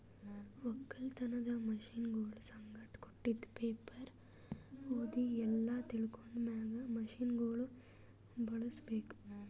ಒಕ್ಕಲತನದ್ ಮಷೀನಗೊಳ್ ಸಂಗಟ್ ಕೊಟ್ಟಿದ್ ಪೇಪರ್ ಓದಿ ಎಲ್ಲಾ ತಿಳ್ಕೊಂಡ ಮ್ಯಾಗ್ ಮಷೀನಗೊಳ್ ಬಳುಸ್ ಬೇಕು